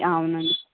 ఆ అవునండి